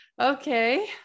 okay